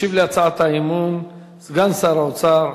ישיב על הצעת האי-אמון סגן שר האוצר,